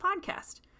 podcast